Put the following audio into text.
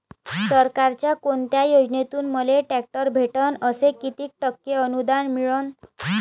सरकारच्या कोनत्या योजनेतून मले ट्रॅक्टर भेटन अस किती टक्के अनुदान मिळन?